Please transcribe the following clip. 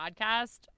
podcast